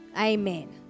Amen